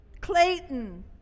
Clayton